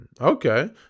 Okay